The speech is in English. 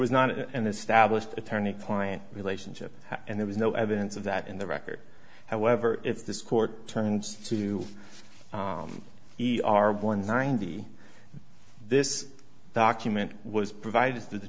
was not an established attorney client relationship and there was no evidence of that in the record however if this court turns to be our one ninety this document was provided t